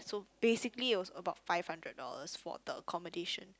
basically it was about five hundred dollars for the accommodation